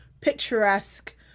picturesque